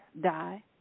die